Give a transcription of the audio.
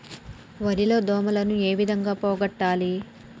వరి లో దోమలని ఏ విధంగా పోగొట్టాలి?